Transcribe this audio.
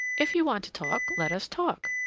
if you want to talk, let us talk,